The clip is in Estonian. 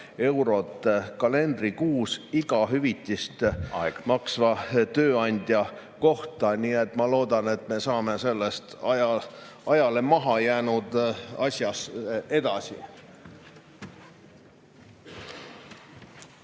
eurot kalendrikuus iga hüvitist … Aeg! … maksva tööandja kohta. Nii et ma loodan, et me saame selles ajale [jalgu] jäänud asjas edasi.